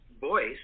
voice